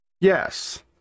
Yes